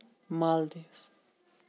مال دیٖوز